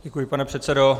Děkuji, pane předsedo.